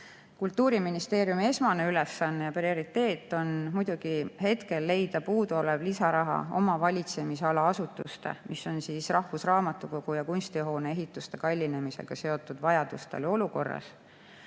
Kultuuriministeeriumi esmane ülesanne ja prioriteet on muidugi hetkel leida puuduolev lisaraha oma valitsemisala asutuste, rahvusraamatukogu ja kunstihoone ehituse kallinemisega seotud vajadustele olukorras,